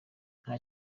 nta